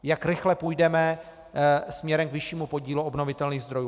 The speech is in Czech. Jak rychle půjdeme směrem k vyššímu podílu obnovitelných zdrojů.